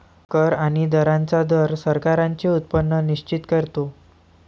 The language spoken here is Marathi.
कर आणि दरांचा दर सरकारांचे उत्पन्न निश्चित करतो